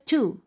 Two